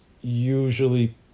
usually